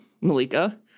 Malika